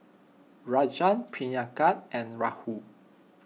Rajan Priyanka and Rahul